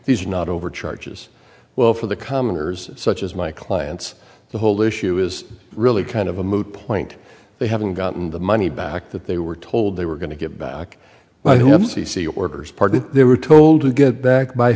are not over charges well for the commoners such as my clients the whole issue is really kind of a moot point they haven't gotten the money back that they were told they were going to get back by whomever c c orders parted they were told to get back by